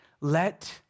Let